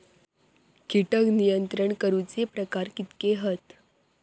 कीटक नियंत्रण करूचे प्रकार कितके हत?